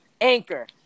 Anchor